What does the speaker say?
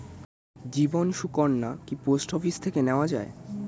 জীবন সুকন্যা কি post office থেকে নেওয়া যায়?